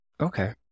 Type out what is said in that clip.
Okay